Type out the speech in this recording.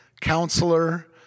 Counselor